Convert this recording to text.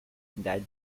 that